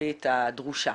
התקציבית הדרושה.